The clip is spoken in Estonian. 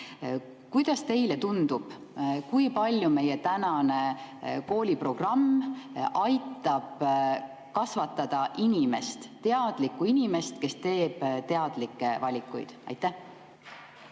Kuidas teile tundub, kui palju meie tänane kooliprogramm aitab kasvatada inimest, teadlikku inimest, kes teeb teadlikke valikuid? Eesti